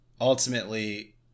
ultimately